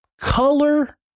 color